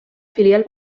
filial